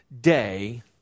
day